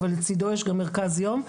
אבל לצידו יש גם מרכז יום,